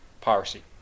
piracy